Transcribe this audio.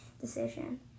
decision